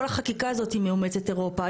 כל החקיקה הזאת מאומצת אירופה.